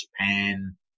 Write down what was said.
Japan